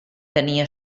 tenia